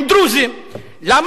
למה כי הם לא יהודים.